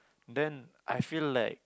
then I feel like